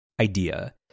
idea